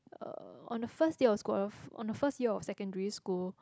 uh on the first day of school of on her first year of secondary school